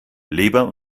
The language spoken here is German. leber